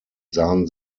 sahen